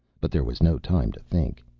but there was no time to think.